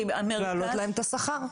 להעלות להם את השכר?